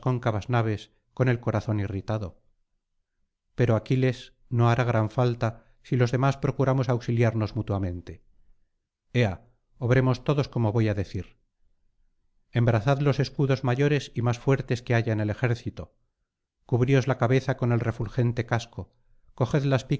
cóncavas naves con el corazón irritado pero aquiles no hará gran falta si los demás procuramos auxiliarnos mutuamente ea obremos todos como voy á decir embrazad los escudos mayores y más fuertes que haya en el ejército cubrios la cabeza con el refulgente casco coged las